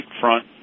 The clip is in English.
front